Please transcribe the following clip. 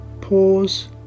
pause